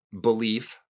belief